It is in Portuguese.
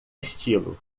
estilo